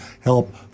Help